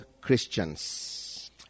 Christians